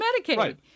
Medicaid